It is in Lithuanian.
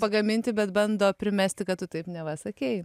pagaminti bet bando primesti kad tu taip neva sakei